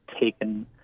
taken –